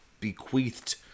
bequeathed